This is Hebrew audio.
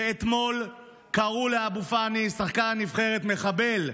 ואתמול קראו לאבו פאני, שחקן הנבחרת, מחבל.